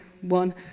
one